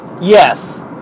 Yes